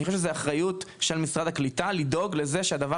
זו אחריות של משרד הקליטה והעלייה לדאוג לכך שהדבר